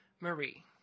marie